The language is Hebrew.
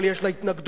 אבל יש לה התנגדות,